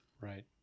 Right